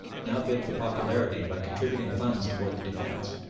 now bid for popularity by contributing funds towards the defence.